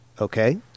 Okay